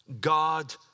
God